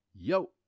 Yo